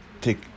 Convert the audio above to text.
take